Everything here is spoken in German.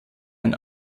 ein